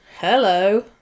hello